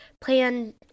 plan